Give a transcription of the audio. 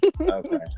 Okay